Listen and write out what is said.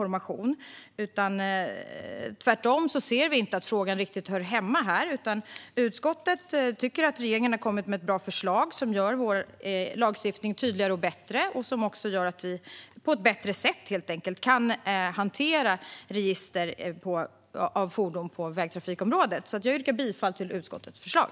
Behandling av personuppgifter samt registrering och användning av fordon på vägtrafik-området Utskottet tycker att regeringen har kommit med ett bra förslag som gör vår lagstiftning tydligare och bättre och som också gör att vi på ett bättre sätt helt enkelt kan hantera register av fordon på vägtrafikområdet. Jag yrkar därmed bifall till utskottets förslag.